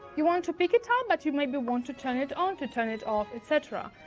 you want to pick a time, but you maybe want to turn it on to turn it off, etc.